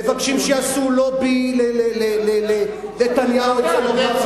מבקשים שיעשו לובי לנתניהו אצל אובמה,